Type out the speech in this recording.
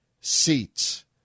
seats